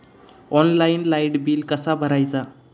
Online light bill कसा भरायचा?